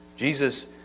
Jesus